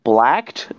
Blacked